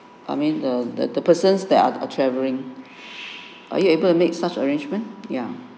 I mean the the the person there are travelling are you able to make such arrangement ya